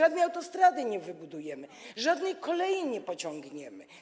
Żadnej autostrady nie wybudujemy, żadnej kolei nie pociągniemy.